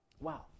Wow